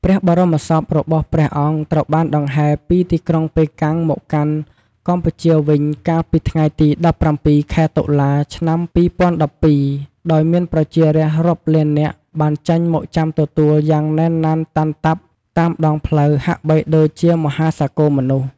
ព្រះបរមសពរបស់ព្រះអង្គត្រូវបានដង្ហែពីទីក្រុងប៉េកាំងមកកាន់កម្ពុជាវិញ កាលពីថ្ងៃទី ១៧ ខែ តុលា ឆ្នាំ ២០១២ ដោយមានប្រជារាស្ត្ររាប់លាននាក់បានចេញមកចាំទទួលទទួលយ៉ាងណែនណាន់តាន់តាប់តាមដងផ្លូវហាក់បីដូចជាមហាសាគរមនុស្ស។